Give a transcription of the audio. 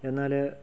എന്നാൽ